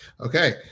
Okay